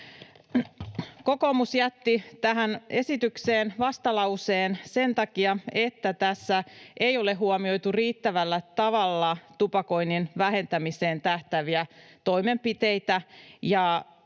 Kokoomus jätti tähän esitykseen vastalauseen sen takia, että tässä ei ole huomioitu riittävällä tavalla tupakoinnin vähentämiseen tähtääviä toimenpiteitä